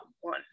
one